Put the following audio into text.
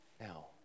Now